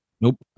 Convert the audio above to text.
nope